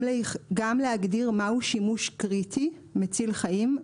גם להגדיר מהו שימוש קריטי ומציל חיים,